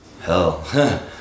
hell